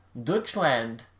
Dutchland